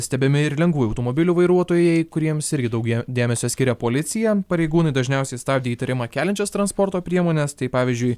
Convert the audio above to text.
stebimi ir lengvųjų automobilių vairuotojai kuriems irgi daugiau dėmesio skiria policija pareigūnai dažniausiai stabdė įtarimą keliančias transporto priemones tai pavyzdžiui